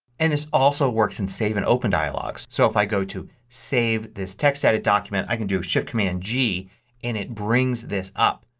and this also works in save and open dialogues. so if i go to save this textedit document i could do shift command g and it brings this up.